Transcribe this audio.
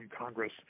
Congress